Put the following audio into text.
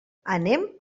anem